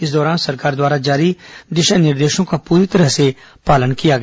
इस दौरान सरकार द्वारा जारी दिशा निर्देशों का पूरी तरह से पालन किया गया